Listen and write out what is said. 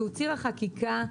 ציר החקיקה,